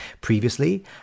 Previously